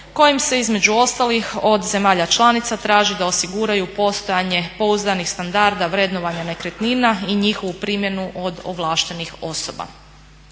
kojim se između ostalih od zemalja članica traži da osiguraju postojanje pouzdanih standarda vrednovanja nekretnina i njihovu primjenu od ovlaštenih osoba.